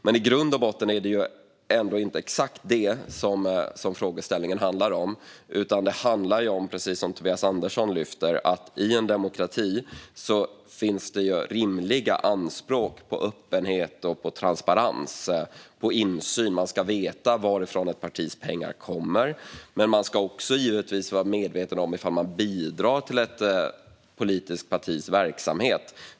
Men i grund och botten handlar inte frågeställningen om detta utan, precis som Tobias Andersson säger, om att det i en demokrati är rimligt att göra anspråk på öppenhet, transparens och insyn. Människor ska veta varifrån ett partis pengar kommer, och de ska givetvis också veta om de bidrar till ett politiskt partis verksamhet.